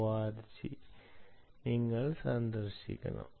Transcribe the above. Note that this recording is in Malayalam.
org നിങ്ങൾ സന്ദർശിക്കണം